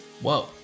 Whoa